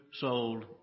sold